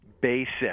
basic